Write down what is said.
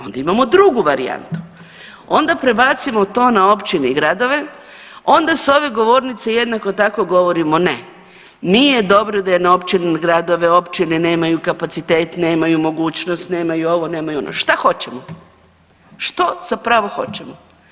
Onda imamo drugu varijantu, onda prebacimo to na općine i gradove, onda s ove govornice jednako tako govorimo ne, nije dobro da je na općine i gradove, općine nemaju kapacitet, nemaju mogućnost, nemaju ovo, nemaju ono, šta hoćemo, što zapravo hoćemo?